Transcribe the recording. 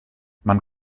man